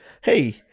hey